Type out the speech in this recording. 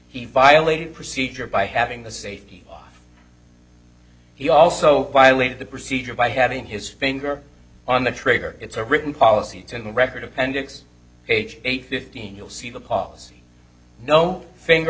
he violated procedure by having the safety he also violated the procedure by having his finger on the trigger it's a written policy to record appendix age eight fifteen you'll see the policy no finger